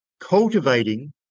cultivating